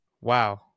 Wow